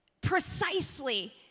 Precisely